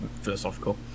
philosophical